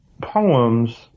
poems